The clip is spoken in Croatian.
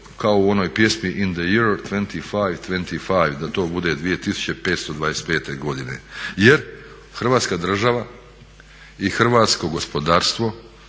kao u onoj pjesmi In the year 2525, da to bude 2525. godine jer Hrvatska država i hrvatsko gospodarstvo